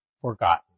forgotten